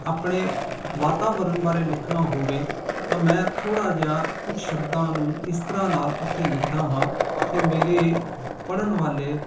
ਆਪਣੇ ਵਾਤਾਵਰਨ ਬਾਰੇ ਲਿਖਣਾ ਹੋਵੇ ਤਾਂ ਮੈਂ ਥੋੜ੍ਹਾ ਜਿਹਾ ਕੁਛ ਸ਼ਬਦਾਂ ਨੂੰ ਇਸ ਤਰ੍ਹਾਂ ਨਾਲ ਉੱਥੇ ਲਿਖਦਾ ਹਾਂ ਕਿ ਮੇਰੇ ਪੜ੍ਹਨ ਵਾਲੇ